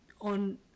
on